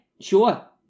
sure